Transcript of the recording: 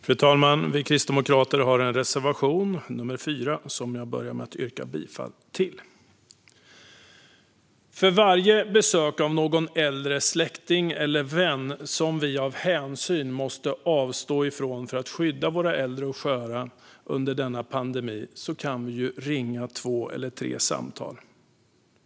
Fru talman! Vi kristdemokrater har en reservation, nr 4, som jag börjar med att yrka bifall till. För varje besök av någon äldre släkting eller vän som vi av hänsyn måste avstå från för att skydda våra äldre och sköra under denna pandemi kan vi ju ringa två eller tre samtal.